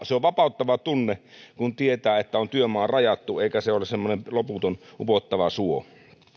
se on vapauttava tunne kun tietää että on työmaa rajattu eikä se ole semmoinen loputon upottava suo